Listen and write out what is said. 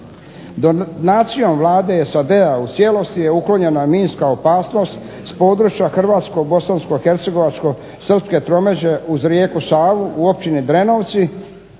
Donacijom Vlade SAD-a u cijelosti je uklonjena minska opasnost s područja hrvatsko-bosansko-hercegovačko-srpske tromeđe uz rijeku Savu u općini Drenovci